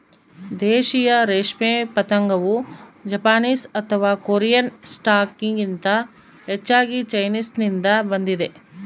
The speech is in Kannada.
ದೇಶೀಯ ರೇಷ್ಮೆ ಪತಂಗವು ಜಪಾನೀಸ್ ಅಥವಾ ಕೊರಿಯನ್ ಸ್ಟಾಕ್ಗಿಂತ ಹೆಚ್ಚಾಗಿ ಚೈನೀಸ್ನಿಂದ ಬಂದಿದೆ